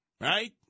right